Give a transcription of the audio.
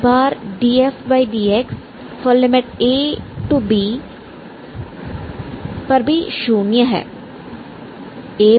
ab a पर भी शून्य है